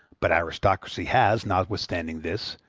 but aristocracy has, notwithstanding this,